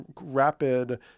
rapid